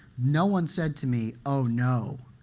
no one said to me, oh, no,